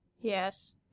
Yes